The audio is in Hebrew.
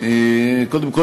קודם כול,